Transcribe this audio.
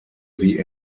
wie